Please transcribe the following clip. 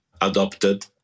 adopted